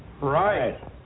Right